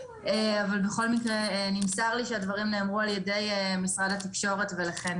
בכל מקרה נמסר לי שהדברים נאמרו על ידי משרד התקשורת ולכן